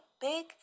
Big